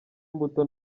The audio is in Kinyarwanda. imbuto